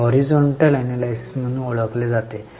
हे horizontal analysis म्हणून ओळखले जाते